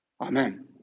amen